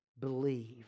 believe